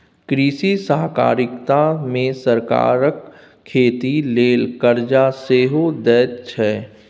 कृषि सहकारिता मे सरकार खेती लेल करजा सेहो दैत छै